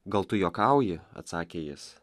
gal tu juokauji atsakė jis